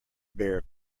bear